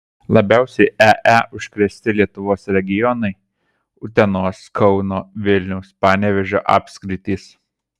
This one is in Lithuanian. labiausiai ee užkrėsti lietuvos regionai utenos kauno vilniaus panevėžio apskritys